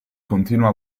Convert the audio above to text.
continua